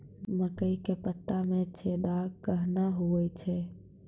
मकई के पत्ता मे छेदा कहना हु छ?